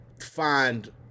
find